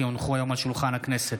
כי הונחו היום על שולחן הכנסת,